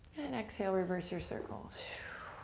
and exhale, reverse your circles.